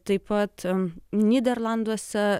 taip pat nyderlanduose